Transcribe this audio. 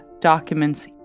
documents